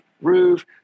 roof